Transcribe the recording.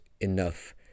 enough